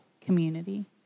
community